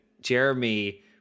jeremy